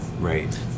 Right